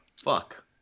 Fuck